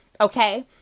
okay